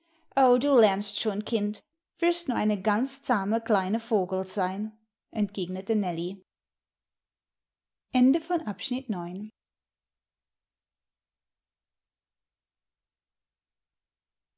du lernst schon kind wirst noch eine ganz zahme kleine vogel sein entgegnete